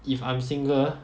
if I'm single